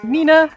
Nina